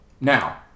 Now